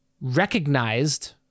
recognized